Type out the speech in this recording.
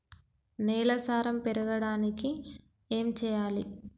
నేల సారం పెరగడానికి ఏం చేయాలి?